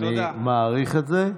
אני מעריך את זה.